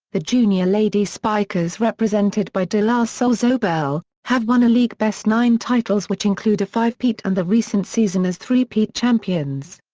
the junior lady spikers represented by de la salle-zobel, have won a league best nine titles which include a five peat and the recent season as three peat champions.